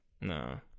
No